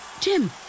Jim